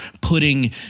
putting